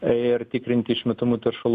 ir tikrinti išmetamų teršalų